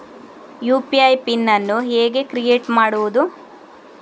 UPI PIN ಅನ್ನು ಹೇಗೆ create ಮಾಡುದು?